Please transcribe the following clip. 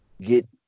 get